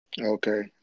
Okay